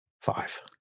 five